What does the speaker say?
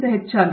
professor B